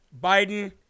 Biden